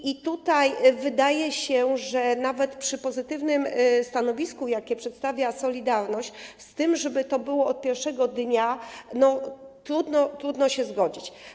I tutaj wydaje się, że nawet przy pozytywnym stanowisku, jakie przedstawia „Solidarność”, z tym, żeby to było od pierwszego dnia, trudno się z tym zgodzić.